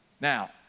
Now